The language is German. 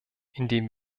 indem